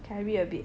can I read a bit